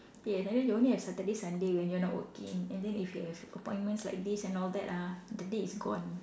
yes and then you only have Saturday Sunday when you are not working and then if you have appointments like this and all that ah the day is gone